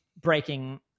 breaking